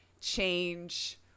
change